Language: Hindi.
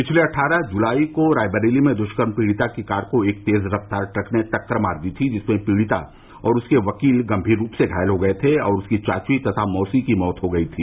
पिछले महीने अट्ठाईस जुलाई को रायबरेली में दुष्कर्म पीड़िता की कार को एक तेज़ रफ्तार ट्रक ने टक्कर मार दी थी जिसमें पीड़िता और उसके वकील गंभीर रूप से घायल हो गये थे और उसकी चाची तथा मौसी की मौत हो गई थी